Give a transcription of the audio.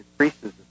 Increases